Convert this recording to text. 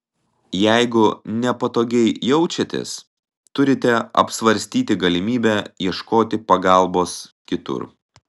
jeigu nepatogiai jaučiatės turite apsvarstyti galimybę ieškoti pagalbos kitur